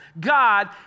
God